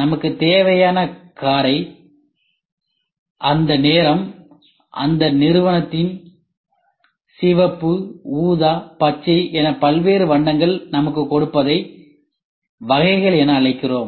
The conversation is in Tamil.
நமக்கு தேவையான காரை அந்த நேரம் அந்த நிறுவனங்கள் சிவப்பு ஊதா பச்சை என பல்வேறு வண்ணங்கள் நமக்கு கொடுப்பதை வகைகள் என அழைக்கிறோம்